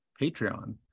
Patreon